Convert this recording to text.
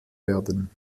werden